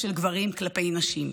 של גברים כלפי נשים.